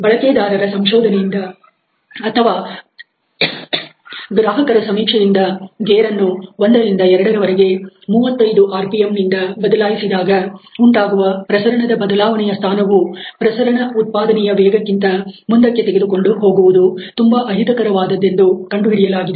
ಬಳಕೆದಾರರ ಸಂಶೋಧನೆಯಿಂದ ಅಥವಾ ಗ್ರಾಹಕರ ಸಮೀಕ್ಷೆಯಿಂದ ಗೇರನ್ನು ಒಂದ ರಿಂದ 2 ರವರೆಗೆ 35 ಆರ್ ಪಿ ಎಂ ನಿಂದ ಬದಲಾಯಿಸಿದಾಗ ಉಂಟಾಗುವ ಪ್ರಸರಣದ ಬದಲಾವಣೆಯ ಸ್ಥಾನವು ಪ್ರಸರಣ ಉತ್ಪಾದನೆಯ ವೇಗಕ್ಕಿಂತ ಮುಂದಕ್ಕೆ ತೆಗೆದುಕೊಂಡು ಹೋಗುವುದು ತುಂಬಾ ಅಹಿತಕರವಾದದ್ದೆಂದು ಕಂಡುಹಿಡಿಯಲಾಗಿದೆ